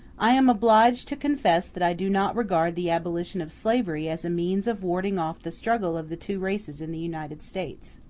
i am obliged to confess that i do not regard the abolition of slavery as a means of warding off the struggle of the two races in the united states.